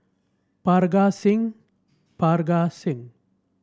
Parga Singh Parga Singh